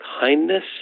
kindness